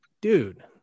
dude